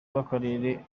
bw’akarere